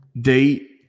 Date